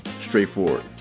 straightforward